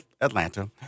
Atlanta